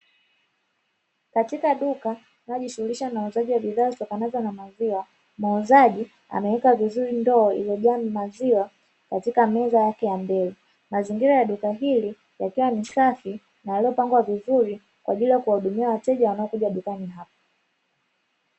Katika duka linalojishughulisha na uuzaji wa bidhaa zitokanazo na maziwa, muuzaji ameweka vizuri ndo imejaa maziwa katika meza yake ya mbele mazingira ya duka hili yakiwa ni safi na yaliyopangwa vizuri kwa ajili ya kuwahudumia wateja wanaokuja dukani hapa.